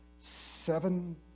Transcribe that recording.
seven